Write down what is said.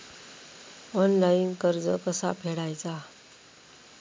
Online कर्ज कसा फेडायचा?